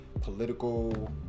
political